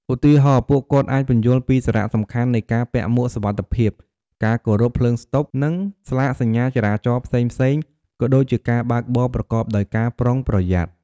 ឧទាហរណ៍ ពួកគាត់អាចពន្យល់ពីសារៈសំខាន់នៃ ការពាក់មួកសុវត្ថិភាព ការគោរព ភ្លើងស្តុប និង ស្លាកសញ្ញាចរាចរណ៍ ផ្សេងៗ ក៏ដូចជាការបើកបរប្រកបដោយការប្រុងប្រយ័ត្ន។